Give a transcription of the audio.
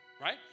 Right